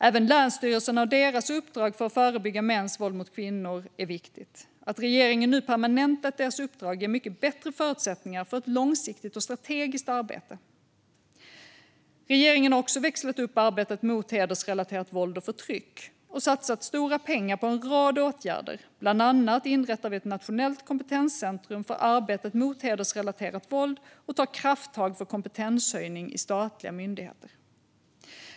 Även länsstyrelserna och deras uppdrag för att förebygga mäns våld mot kvinnor är viktigt. Att regeringen nu permanentat deras uppdrag ger mycket bättre förutsättningar för ett långsiktigt och strategiskt arbete. Regeringen har också växlat upp arbetet mot hedersrelaterat våld och förtryck och satsat stora pengar på en rad åtgärder. Bland annat inrättar vi ett nationellt kompetenscentrum för arbetet mot hedersrelaterat våld och tar krafttag för kompetenshöjning i statliga myndigheter.